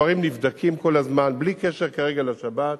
הדברים נבדקים כל הזמן, בלי קשר כרגע לשבת,